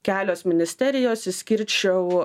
kelios ministerijos išskirčiau